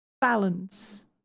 Balance